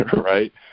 right